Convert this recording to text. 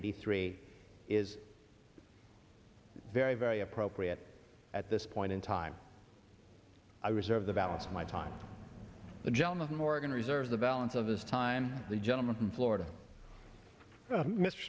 eighty three is very very appropriate at this point in time i reserve the balance of my time the gentleman from oregon reserves the balance of this time the gentleman from florida